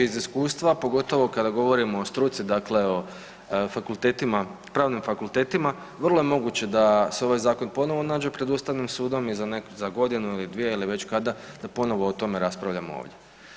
Govoreći iz iskustva, pogotovo kad govorimo o struci, dakle o fakultetima, pravnim fakultetima, vrlo je moguće da se ovaj zakon ponovo nađe pred Ustavnim sudom i za godinu ili dvije ili već kada da ponovo o tome raspravljamo ovdje.